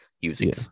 using